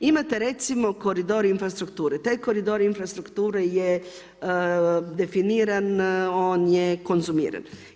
Imate recimo koridor infrastrukture, taj koridor infrastrukture je definiran, on je konzumiran.